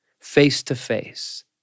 face-to-face